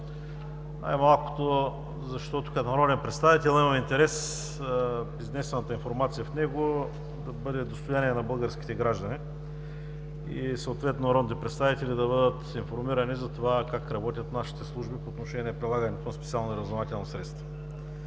Най-малкото, защото като народен представител имам интерес изнесената информация в него да бъде достояние на българските граждани и съответно народните представители да бъдат информирани за това как работят нашите служби по отношение прилагането на специални разузнавателни средства.